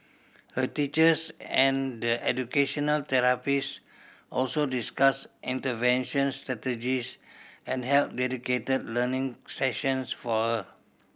her teachers and the educational therapist also discussed intervention strategies and held dedicated learning sessions for her